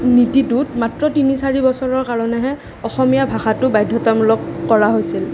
নীতিটোত মাত্ৰ তিনি চাৰি বছৰৰ কাৰণেহে অসমীয়া ভাষাটো বাধ্যতামূলক কৰা হৈছে